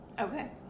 Okay